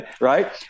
right